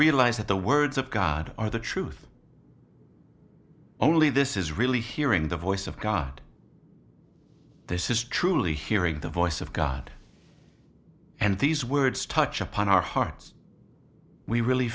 realize that the words of god are the truth only this is really hearing the voice of god this is truly hearing the voice of god and these words touch upon our hearts we really